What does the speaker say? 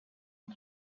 the